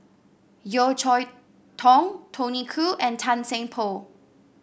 Yeo Cheow Tong Tony Khoo and Tan Seng Poh